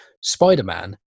Spider-Man